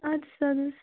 اَدٕ سا اَدٕ حَظ